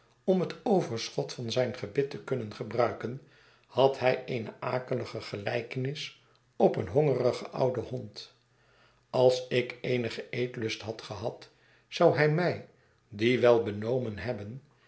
om het overschot van zijn gebit te kunnen gebruiken had hij eene akelige gelijkenis op een hongerigen ouden hond als ik eenigen eetlust had gehad zou hij mij dien wel benomen hebben